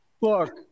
Look